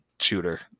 shooter